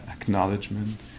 acknowledgement